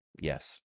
yes